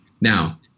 Now